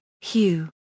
Hugh